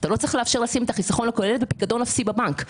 לא צריך לאפשר לשים את החיסכון לכל ילד בפיקדון אפסי בבנק.